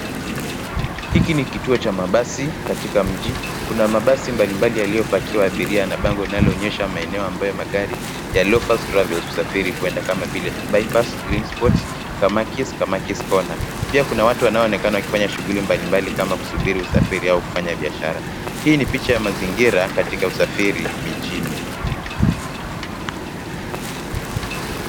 Hiki ni kituo cha mabasi katika mji. Kuna mabasi mbali mbali yaliyopakiwa ya abiria na bango linaloonyesha maeneo ambayo magari ya Lophas Drive husafiri kuenda kama vile Bypass, Greenspot, Kamakis, Kamakiskona. Pia kuna watu wanaoonekana wakifanya shughuli mbali mbali kama kusubiri kusafiri au kufanya biashara. Hii ni picha ya mazingira katika usafiri mijini.